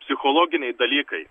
psichologiniai dalykai